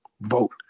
vote